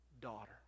daughter